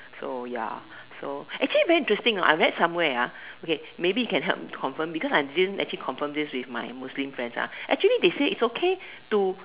so ya so actually very interesting I read somewhere okay maybe you can help me to confirm because I didn't actually confirm this with my Muslim friend actually they said is okay to